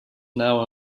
now